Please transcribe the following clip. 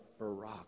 Barack